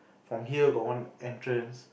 from here got one entrance